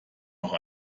noch